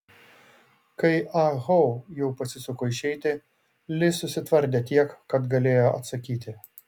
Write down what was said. kai ah ho jau pasisuko išeiti li susitvardė tiek kad galėjo atsakyti